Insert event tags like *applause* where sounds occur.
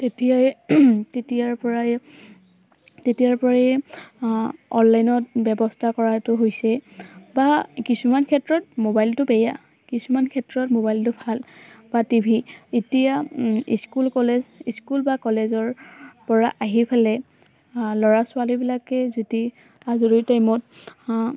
তেতিয়াই তেতিয়াৰ পৰাই তেতিয়াৰ পৰাই অনলাইনত ব্যৱস্থা কৰাটো হৈছে বা কিছুমান ক্ষেত্ৰত মোবাইলটো বেয়া কিছুমান ক্ষেত্ৰত মোবাইলটো ভাল বা টিভি এতিয়া স্কুল কলেজ স্কুল বা কলেজৰ পৰা আহি *unintelligible* ল'ৰা ছোৱালীবিলাকে যদি আজৰি টাইমত